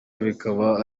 bikaba